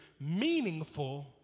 Meaningful